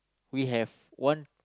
we have one